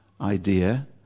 idea